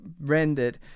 rendered